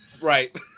Right